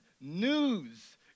news